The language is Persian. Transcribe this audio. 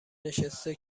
نشسته